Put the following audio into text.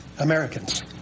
Americans